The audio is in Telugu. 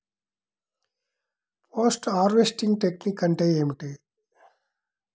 పోస్ట్ హార్వెస్టింగ్ టెక్నిక్ అంటే ఏమిటీ?